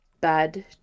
bad